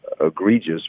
egregious